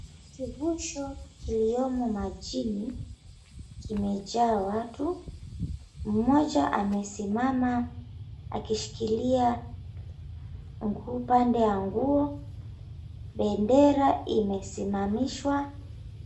Kivusho kiliyomo majini kimejaa watu, mmoja amesimama akishikilia nguzo upande wa nguo, bendera imesimamishwa.